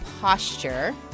posture